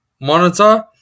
monitor